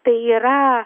tai yra